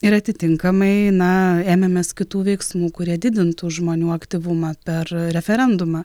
ir atitinkamai na ėmėmės kitų veiksmų kurie didintų žmonių aktyvumą per referendumą